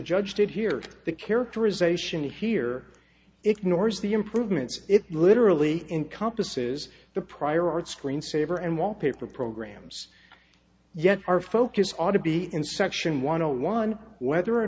judge did here the characterization here ignores the improvements it literally encompasses the prior art screensaver and wallpaper programs yet our focus ought to be in section one hundred one whether or